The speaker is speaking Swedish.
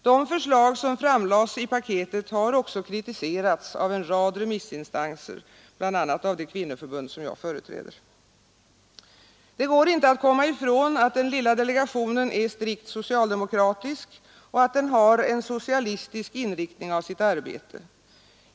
De förslag som framlades i paketet har också kritiserats av en rad remissinstanser, bl.a. av det kvinnoförbund som jag företräder. Det går inte att komma ifrån att den lilla delegationen är strikt socialdemokratisk och att den har en socialistisk inriktning av sitt arbete.